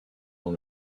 dans